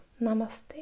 Namaste